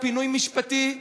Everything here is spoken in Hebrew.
הוא פינוי משפטי.